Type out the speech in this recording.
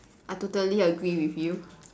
I totally agree with you